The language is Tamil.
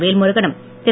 வேல்முருகனும் திரு